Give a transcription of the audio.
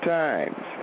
times